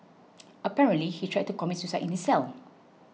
apparently he tried to commit suicide in his cell